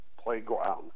playground